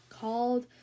called